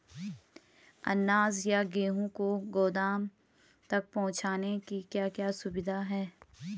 अनाज या गेहूँ को गोदाम तक पहुंचाने की क्या क्या सुविधा है?